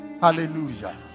Hallelujah